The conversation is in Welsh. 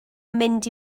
mynd